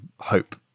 hope